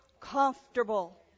comfortable